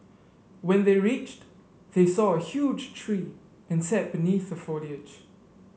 when they reached they saw a huge tree and sat beneath the foliage